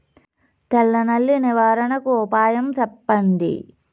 తెల్ల నల్లి నివారణకు ఉపాయం చెప్పండి?